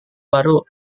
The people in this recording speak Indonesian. baru